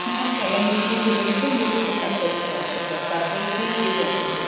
না স্যালাইন দিয়ে চলে গেছেন বলেছেন ডাক্তারবাবু আসছেন ব্যস তারপর সেই কেউ আসেনি